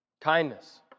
Kindness